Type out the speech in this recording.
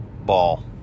ball